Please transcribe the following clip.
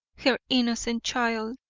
her innocent child,